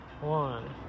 One